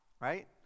right